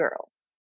Girls